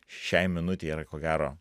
šiai minutei yra ko gero